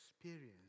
experience